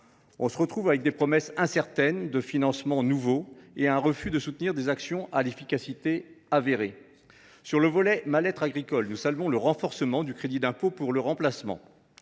On se retrouve avec des promesses incertaines de financements nouveaux et un refus de soutenir des actions à l’efficacité avérée. Sur le volet mal être agricole, nous saluons le renforcement du crédit d’impôt pour remplacement,